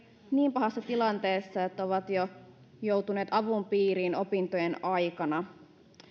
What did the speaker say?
niin pahassa tilanteessa että ovat joutuneet avun piiriin opintojen aikana